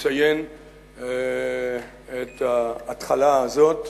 לציין את ההתחלה הזאת,